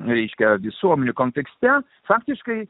reikia visuomenių kontekste faktiškai